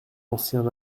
ancien